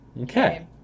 Okay